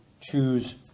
choose